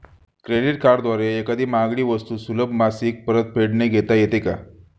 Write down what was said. Credit कार्डद्वारे एखादी महागडी वस्तू सुलभ मासिक परतफेडने घेता येते का?